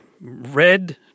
red